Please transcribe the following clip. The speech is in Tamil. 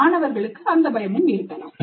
மாணவர்களுக்கு அந்த பயம் இருக்கலாம்